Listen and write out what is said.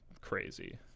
crazy